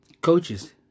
coaches